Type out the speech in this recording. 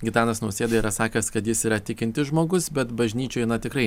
gitanas nausėda yra sakęs kad jis yra tikintis žmogus bet bažnyčioj na tikrai